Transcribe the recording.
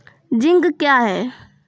Zinc क्या हैं?